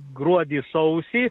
gruodį sausį